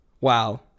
wow